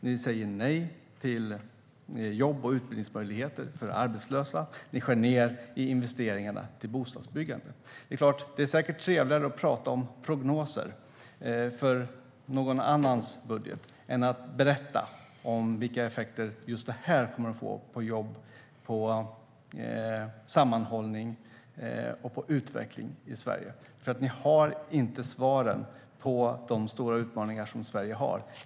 Ni säger nej till jobb och utbildningsmöjligheter för arbetslösa. Ni skär ned i investeringarna till bostadsbyggandet. Det är säkert trevligare att tala om prognoser för någon annans budget än att berätta om vilka effekter just detta kommer att få på jobb, sammanhållning och utveckling i Sverige. Ni har inte svaren på de stora utmaningar som Sverige har.